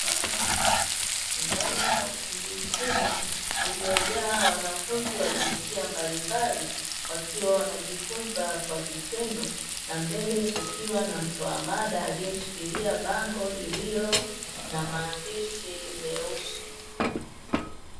Ndani ya ukumbi mkubwa uliojaa wanafunzi wa jinsia mbalimbali wakiwa wanajifunza kwa vitendo, na mbele kukiwa na mtoa mada aliyeshikilia bango lililo na maandishi meusi.